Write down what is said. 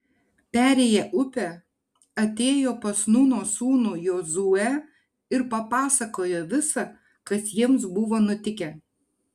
perėję upę atėjo pas nūno sūnų jozuę ir papasakojo visa kas jiems buvo nutikę